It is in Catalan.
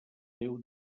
déu